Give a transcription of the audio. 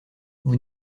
vous